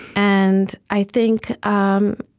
and i think um